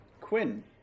Quinn